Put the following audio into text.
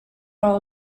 all